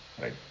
right